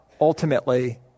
ultimately